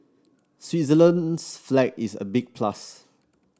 Switzerland's flag is a big plus